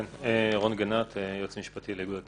כן, רון גנט, היועץ המשפטי לאיגוד הטייסים.